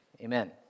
amen